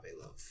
love